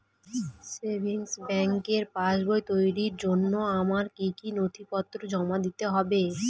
Savings ব্যাংকের passbook তৈরির জন্য আমার কি কি নথিপত্র জমা দিতে হবে?